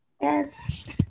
Yes